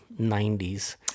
90s